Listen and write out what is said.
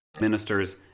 Ministers